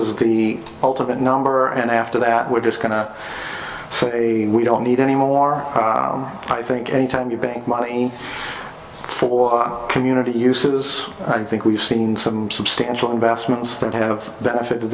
is the ultimate number and after that we're just going to say we don't need any more i think any time you bring money for community uses i think we've seen some substantial investments that have benefited